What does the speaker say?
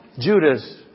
Judas